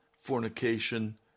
fornication